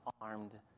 armed